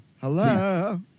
Hello